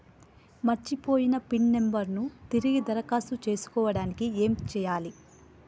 మర్చిపోయిన pin number ను తిరిగి దరఖాస్తు చేసుకోవడానికి ఏమి చేయాలే?